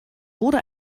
wurde